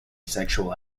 sexual